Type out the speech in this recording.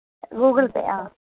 Google Pay ah